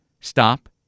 stop